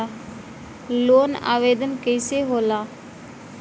Loan आवेदन कैसे होला?